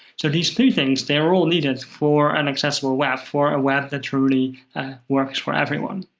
so these three things, they're all needed for an accessible web, for a web that truly works for everyone.